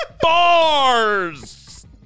Bars